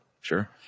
Sure